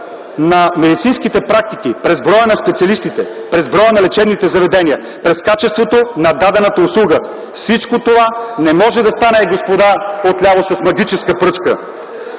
на медицинските практики, през броя на специалистите, през броя на лечебните заведения, през качеството на дадената услуга. Всичко това не може да стане, господа отляво, с магическа пръчка.